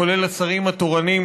כולל השרים התורנים,